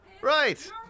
Right